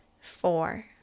four